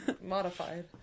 modified